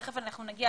אנחנו תכף נגיע